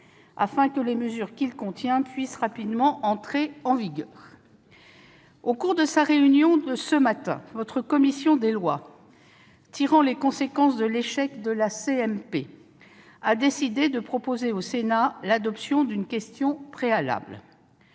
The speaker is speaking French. afin que les mesures qu'il contient puissent rapidement entrer en vigueur. Au cours de sa réunion de ce matin, votre commission des lois, tirant les conséquences de l'échec de la commission mixte paritaire, a décidé de proposer au Sénat l'adoption d'une motion tendant